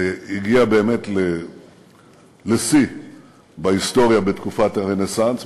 שהגיעה באמת לשיא בהיסטוריה בתקופת הרנסנס,